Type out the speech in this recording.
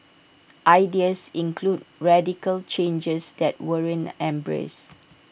ideas included radical changes that weren't embraced